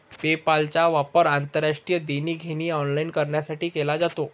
पेपालचा वापर आंतरराष्ट्रीय देणी घेणी ऑनलाइन करण्यासाठी केला जातो